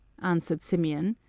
answered symeon.